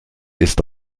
ist